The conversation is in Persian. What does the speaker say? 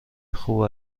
خوب